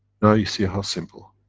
now, you see how simple.